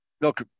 look